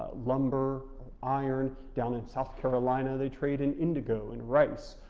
lumber or iron, down in south carolina, they trade and indigo and rice,